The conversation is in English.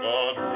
God